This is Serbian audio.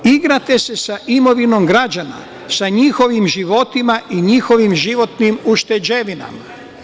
Igrate se sa imovinom građana, sa njihovim životima i njihovim životnim ušteđevinama.